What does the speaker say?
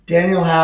Daniel